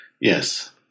Yes